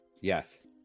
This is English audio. Yes